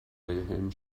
wilhelm